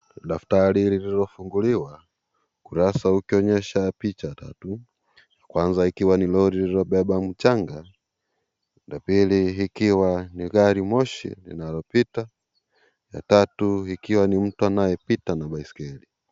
Daftari lililofunguliwa kurasa ukionyesha picha tatu kwanza ni lori lililobeba mchanga , ya pili ikiwa ni garimoshi inayopita ya tatu ikiwa ni mtu anayepita na baiskeli.